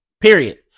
period